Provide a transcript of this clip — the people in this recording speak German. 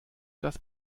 das